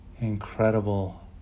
incredible